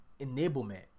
Enablement